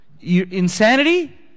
Insanity